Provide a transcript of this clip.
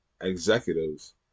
executives